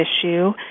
issue